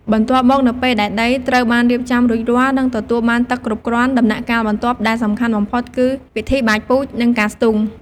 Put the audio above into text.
បន្ទាប់មកនៅពេលដែលដីត្រូវបានរៀបចំរួចរាល់ និងទទួលបានទឹកគ្រប់គ្រាន់ ដំណាក់កាលបន្ទាប់ដែលសំខាន់បំផុតគឺ ពិធីបាចពូជ និងការស្ទូង។